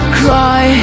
cry